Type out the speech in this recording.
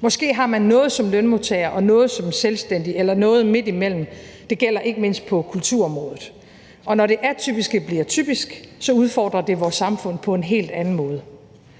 Måske har man noget som lønmodtager og noget som selvstændig eller noget midt imellem. Det gælder ikke mindst på kulturområdet. Når det atypiske bliver typisk, udfordrer det vores samfund på en helt anden måde.